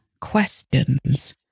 questions